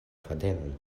fadenon